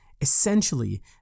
Essentially